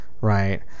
right